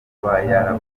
kuba